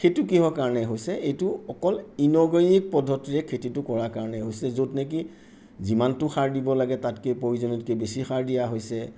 সেইটো কিহৰ কাৰণে হৈছে এইটো অকল ইনঅৰ্গেনিক পদ্ধতিৰে খেতিটো কৰাৰ কাৰণে হৈছে য'ত নেকি যিমানটো সাৰ দিব লাগে তাতকৈ প্ৰয়োজনতকৈ বেছি সাৰ দিয়া হৈছে